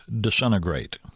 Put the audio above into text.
disintegrate